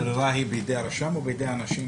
אבל הברירה היא בידי הרשם או בידי האנשים?